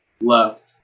left